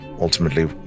ultimately